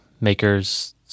Makers